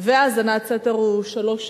והאזנת סתר הוא שלוש שנים.